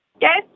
Yes